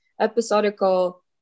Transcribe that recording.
episodical